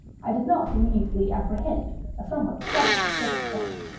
i did not immediately apprehend a somewhat startling circumstance,